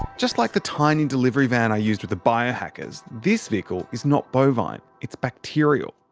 just like the tiny delivery van i used with the biohackers, this vehicle is not bovine it's bacterial.